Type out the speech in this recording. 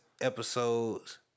episodes